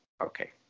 okay